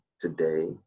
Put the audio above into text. today